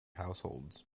households